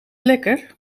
lekker